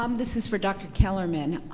um this is for dr. kellermann.